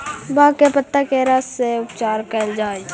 भाँग के पतत्ता के रस से उपचार कैल जा हइ